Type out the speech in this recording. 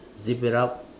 zip it up